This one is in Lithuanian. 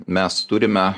mes turime